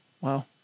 Wow